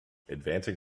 advancing